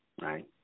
right